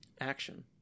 Action